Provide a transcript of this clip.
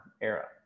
era